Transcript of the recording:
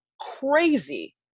crazy